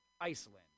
iceland